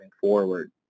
forward